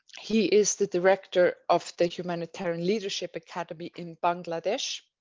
he is the director of the humanitarian leadership academy in bangladesh,